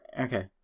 Okay